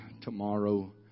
tomorrow